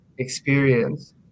experience